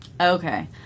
Okay